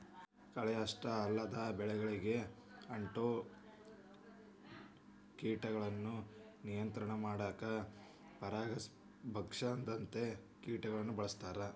ಕಳೆ ಅಷ್ಟ ಅಲ್ಲದ ಬೆಳಿಗಳಿಗೆ ಅಂಟೊ ಕೇಟಗಳನ್ನ ನಿಯಂತ್ರಣ ಮಾಡಾಕ ಪರಭಕ್ಷಕದಂತ ಕೇಟಗಳನ್ನ ಬಳಸ್ತಾರ